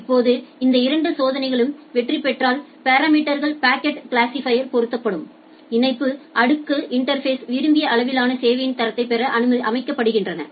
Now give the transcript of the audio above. இப்போது இந்த இரண்டு சோதனைகளும் வெற்றிபெற்றால் பாராமீட்டர்கள் பாக்கெட் கிளாசிபையரில் பொருத்தப்படும் இணைப்பு அடுக்கு இன்டா்ஃபேஸ்களிலும் விரும்பிய அளவிலான சேவையின் தரத்தைப் பெற அமைக்கப்படுகின்றன